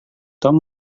tom